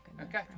Okay